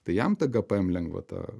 tai jam ta gpm lengvata